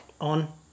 on